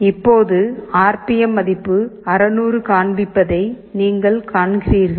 இப்போது R P M மதிப்பு 600 காண்பிப்பதை நீங்கள் காண்கிறீர்கள்